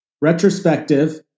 Retrospective